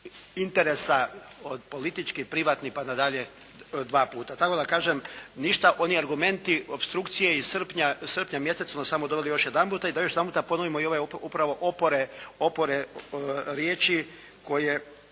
interesa od političkih, privatnih pa na dalje, dva puta. Tako da kažem ništa, oni argumenti opstrukcije iz srpnja mjeseca su nas doveli još jedanputa i da još jedanputa ponovimo i ove upravo opore riječi koje